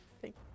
Thank